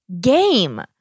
game